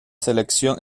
selección